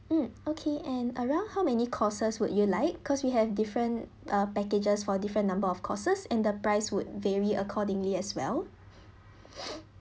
mm okay and around how many courses would you like because we have different uh packages for different number of courses and the price would vary accordingly as well